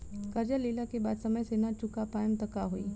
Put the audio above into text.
कर्जा लेला के बाद समय से ना चुका पाएम त का होई?